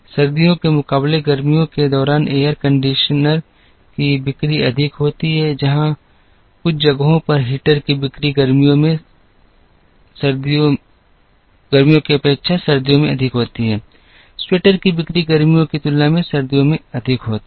सर्दियों के मुकाबले गर्मियों के दौरान एयर कंडीशनर की बिक्री अधिक होती है कुछ जगहों पर हीटर की बिक्री गर्मियों में सर्दियों में अधिक होती है स्वेटर की बिक्री गर्मियों की तुलना में सर्दियों में अधिक होती है